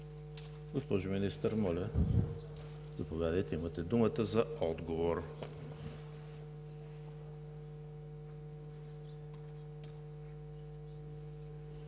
Госпожо Министър, заповядайте, имате думата за отговор.